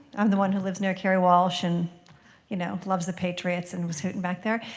i'm the one who lives near kerri walsh and you know loves the patriots and was hooting back there.